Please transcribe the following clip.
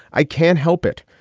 i can't help it.